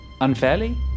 unfairly